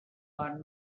are